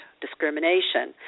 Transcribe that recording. discrimination